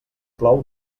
plou